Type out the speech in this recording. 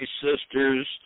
sisters